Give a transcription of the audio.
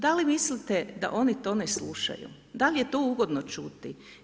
Da li mislite da oni to ne slušaju, da li je to ugodno čuti?